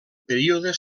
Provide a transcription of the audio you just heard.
període